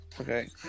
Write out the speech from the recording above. Okay